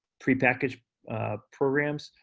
pre-packaged programs.